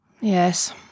Yes